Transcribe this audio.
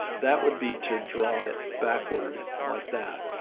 that would be to draw it backward like that.